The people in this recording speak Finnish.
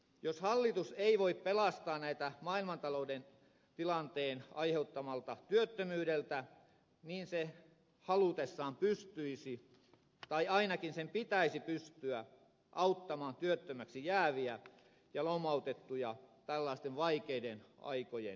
jos hallitus ei voi pelastaa näitä ihmisiä maailmantalouden tilanteen aiheuttamalta työttömyydeltä niin se halutessaan pystyisi tai ainakin sen pitäisi pystyä auttamaan työttömiksi jääviä ja lomautettuja tällaisten vaikeiden aikojen yli